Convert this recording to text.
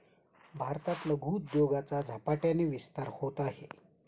भारतात लघु उद्योगाचा झपाट्याने विस्तार होत आहे